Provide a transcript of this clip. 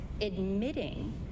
admitting